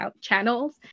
channels